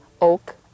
Oak